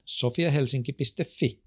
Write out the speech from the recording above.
sofiahelsinki.fi